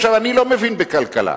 אני לא מבין בכלכלה.